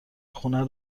خونه